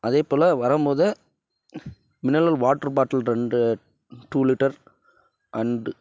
அதே போல் வரும்போது மினரல் வாட்டர் பாட்டில் ரெண்டு டூ லிட்டர் அண்டு